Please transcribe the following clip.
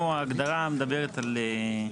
מבחינתנו ההגדרה מדברת על,